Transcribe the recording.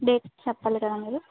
date చెప్పాలి కదా మీరు